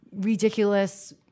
ridiculous